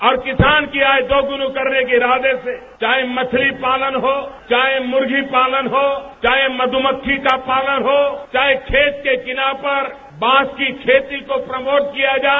हर किसान की आय दोगुनी करने के इरादे से चाहे मछली पालन हो चाहे मुर्गी पालन हो चाहे मधुमक्खी का पालन हो चाहे खेत के किनारे पर बांस की खेती को प्रमोट किया जाए